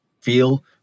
feel